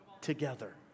together